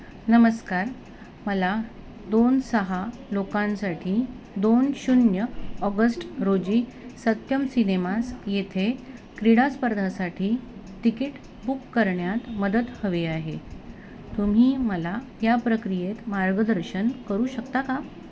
नमस्कार मला दोन सहा लोकांसाठी दोन शून्य ऑगस्ट रोजी सत्यम सिनेमास येथे क्रीडास्पर्धासाठी तिकीट बुक करण्यात मदत हवी आहे तुम्ही मला या प्रक्रियेत मार्गदर्शन करू शकता का